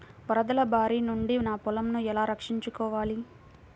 వరదల భారి నుండి నా పొలంను ఎలా రక్షించుకోవాలి?